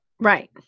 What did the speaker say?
Right